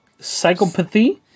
Psychopathy